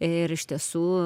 ir iš tiesų